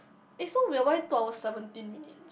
is so weird why two hours seventeen minutes